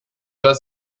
oder